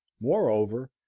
Moreover